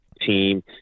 team